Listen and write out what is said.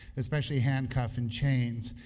especially handcuff and chains.